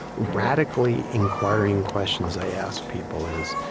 radically inquiring questions i ask people is,